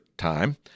time